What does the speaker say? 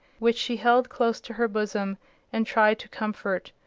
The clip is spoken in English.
which she held close to her bosom and tried to comfort,